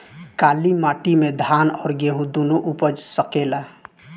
काली माटी मे धान और गेंहू दुनो उपज सकेला?